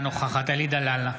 אינה נוכחת אלי דלל,